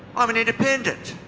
i'm an independent.